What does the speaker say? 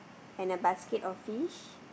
and a basket of fish